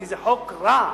כי זה חוק רע.